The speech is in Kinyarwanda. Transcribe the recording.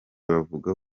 bavuga